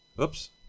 Oops